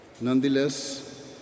Nonetheless